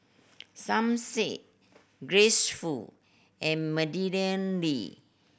Som Said Grace Fu and Madeleine Lee